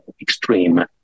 extreme